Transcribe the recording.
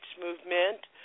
movement